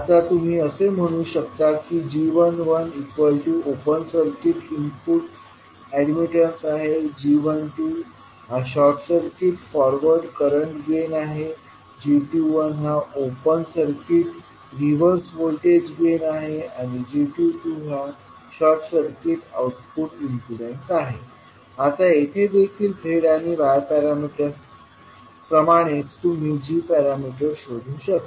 आता तुम्ही असे म्हणू शकता की g11 open circuit input admittance g12 short circuit forward current gain g21 open circuit reverse voltage gain g22 short circuit output impedance आता येथे देखील z किंवा y पॅरामीटर्स प्रमाणेच तुम्ही g पॅरामीटर्स शोधू शकता